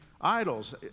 idols